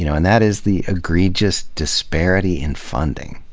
you know and that is the egregious disparity in funding,